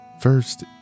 first